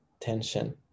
tension